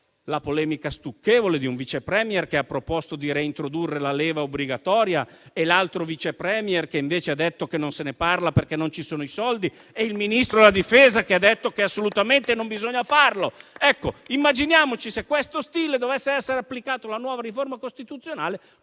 la polemica stucchevole tra un Vice *Premier* che ha proposto di reintrodurre la leva obbligatoria, un altro Vice *Premier* che invece ha detto che non se ne parla, perché non ci sono i soldi, e il Ministro della difesa, che ha detto che assolutamente non bisogna farlo. Ecco, immaginiamoci se questo stile dovesse essere applicato alla nuova riforma costituzionale,